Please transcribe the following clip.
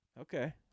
okay